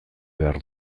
behar